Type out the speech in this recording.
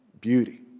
beauty